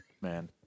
Man